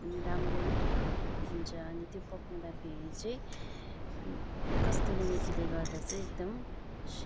राम्रो हुन्छ अनि त्यो पकाउँदाखेरि चाहिँ कस्तुरी मेथीले गर्दा चाहिँ एकदम